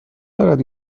دارد